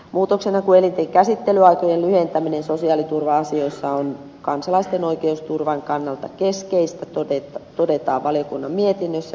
muutoksenhakuelinten käsittelyaikojen lyhentäminen sosiaaliturva asioissa on kansalaisten oikeusturvan kannalta keskeistä todetaan valiokunnan mietinnössä